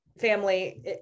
family